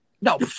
No